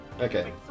Okay